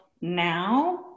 now